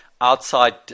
outside